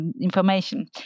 information